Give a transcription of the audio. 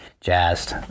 jazzed